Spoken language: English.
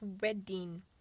wedding